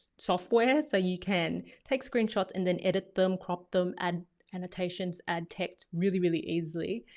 software so you can take screenshots and then edit them, crop them, add annotations, add texts really, really easily.